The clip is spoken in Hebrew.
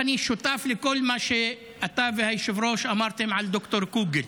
אני שותף לכל מה שאתה והיושב-ראש אמרתם על ד"ר קוגל